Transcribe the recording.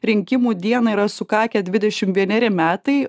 rinkimų dieną yra sukakę dvidešim vieneri metai